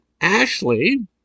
Ashley